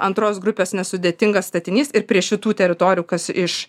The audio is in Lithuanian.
antros grupės nesudėtingas statinys ir prie šitų teritorijų kas iš